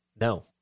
No